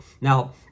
Now